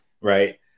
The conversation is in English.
right